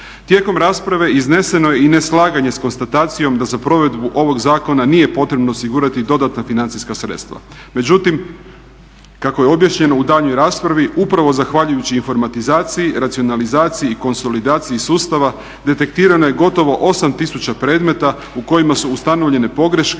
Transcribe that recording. Tijekom rasprave izneseno je i neslaganje sa konstatacijom da za provedbu ovog zakona nije potrebno osigurati dodatna financijska sredstva. Međutim, kako je objašnjeno u daljnjoj raspravi, upravo zahvaljujući informatizaciji, racionalizaciji i konsolidaciji sustava detektirano je gotovo 8 tisuća predmeta u kojima su ustanovljene pogreške